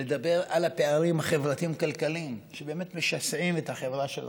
לדבר על הפערים החברתיים-כלכליים שבאמת משסעים את החברה שלנו,